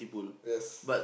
yes